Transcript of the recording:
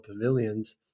pavilions